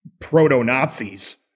proto-Nazis